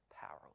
powerless